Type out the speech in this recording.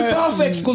perfect